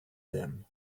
them